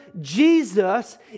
Jesus